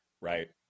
Right